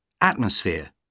Atmosphere